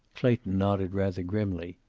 clayton nodded rather grimly.